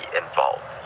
involved